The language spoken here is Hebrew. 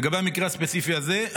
לגבי המקרה הספציפי הזה,